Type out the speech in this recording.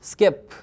Skip